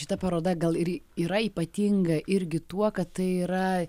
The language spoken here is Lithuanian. šita paroda gal ir yra ypatinga irgi tuo kad tai yra